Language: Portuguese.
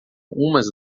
umas